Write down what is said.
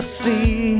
see